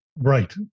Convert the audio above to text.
Right